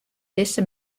dizze